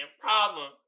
problem